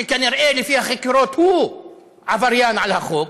שכנראה לפי החקירות הוא עבריין על החוק,